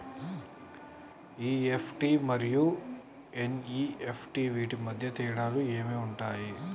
EFT మరియు NEFT వీటి మధ్య తేడాలు ఏమి ఉంటాయి?